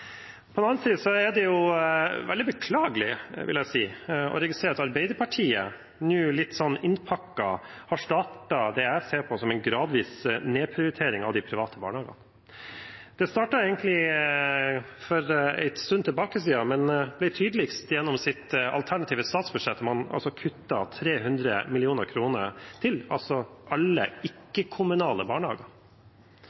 På den annen side er det veldig beklagelig, vil jeg si, å registrere at Arbeiderpartiet, litt innpakket, har startet det jeg ser på som en gradvis nedprioritering av de private barnehagene. Det startet egentlig for en stund siden, men det ble tydeligst i deres alternative statsbudsjett, hvor man kuttet 300 mill. kr til alle